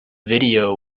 video